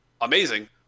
amazing